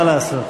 מה לעשות,